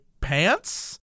pants